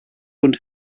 und